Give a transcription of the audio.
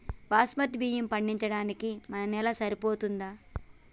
బాస్మతి బియ్యం పండించడానికి మన నేల సరిపోతదా?